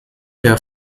der